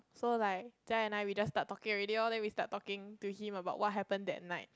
so like Jia-yi and I we just start talking already orh then we start talking to him about what happened that night